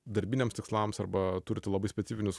darbiniams tikslams arba turite labai specifinius